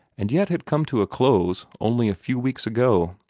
and yet had come to a close only a few weeks ago.